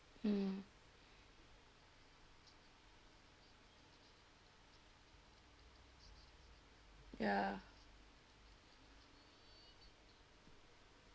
mm ya